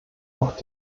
auch